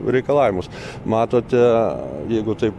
reikalavimus matote jeigu taip